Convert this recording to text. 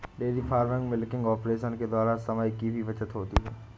dairy farming milking operation के द्वारा समय की भी बचत होती है